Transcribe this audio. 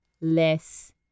less